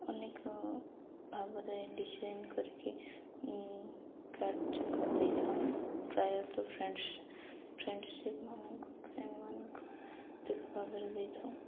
ଅନେକ ଭାବରେ ଡିଜାଇନ୍ କରିକି କାର୍ଡ଼ଯାକ ଦେଇଥାଉ ପ୍ରାୟତଃ ଫ୍ରେଣ୍ଡ୍ସ୍ ଫ୍ରେଣ୍ଡ୍ସିପ୍ମାନଙ୍କୁ ଫ୍ରେଣ୍ଡ୍ମାନଙ୍କୁ ଅଧିକ ଭାବରେ ଦେଇଥାଉ